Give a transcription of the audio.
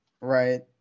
right